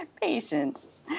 patience